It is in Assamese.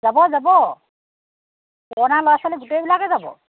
যাব যাব পুৰণা ল'ৰা ছোৱালী গোটেইবিলাকেই যাব